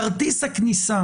כרטיס הכניסה